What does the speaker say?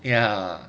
ya